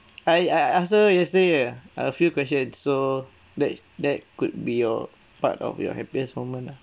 I I I ask her yesterday a few questions so that that could be your part of your happiest moment lah